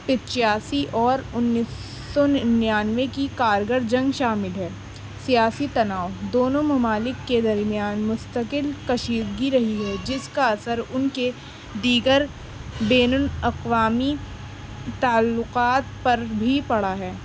اکیاسی اور انیس سو ننانوے کی کارگل جنگ شامل ہے سیاسی تناؤ دونوں ممالک کے درمیان مستکل کشیدگی رہی ہے جس کا اثر ان کے دیگر بین الاقوامی تعلقات پر بھی پڑا ہے